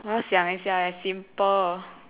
我要想一下 leh simple